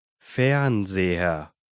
Fernseher